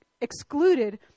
excluded